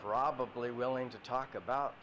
probably willing to talk about